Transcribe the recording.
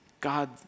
God